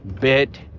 bit